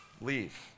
leave